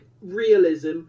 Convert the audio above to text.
realism